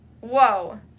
whoa